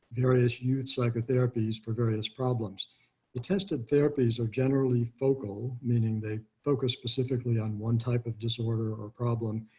various you'd psycho therapies for various problems ah tested therapies are generally focal, meaning they focus specifically on one type of disorder or problem.